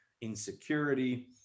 insecurity